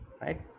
Right